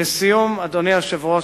לסיום, אדוני היושב-ראש,